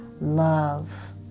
love